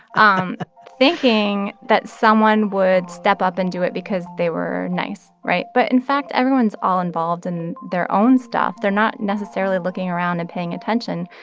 um thinking that someone would step up and do it because they were nice, right? but in fact, everyone's all involved in their own stuff. they're not necessarily looking around and paying attention.